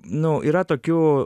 nu yra tokių